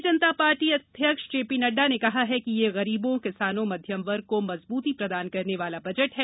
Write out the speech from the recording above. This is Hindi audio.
भारतीय जनता पार्टी अध्यक्ष जेपी नड्डा ने कहा कि ये गरीबों किसानों मध्यम वर्ग को मजब्ती प्रदान करने वाला बजट है